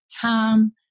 Tom